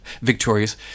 Victorious